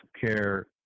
care